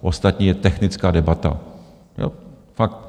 Ostatní je technická debata, fakt.